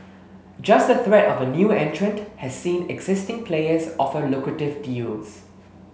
just the threat of a new entrant has seen existing players offer lucrative deals